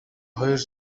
хоёр